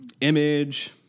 Image